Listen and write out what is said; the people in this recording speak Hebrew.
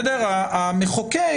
ראשית,